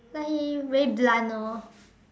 like he very blunt orh